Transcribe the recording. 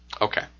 Okay